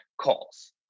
calls